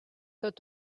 tot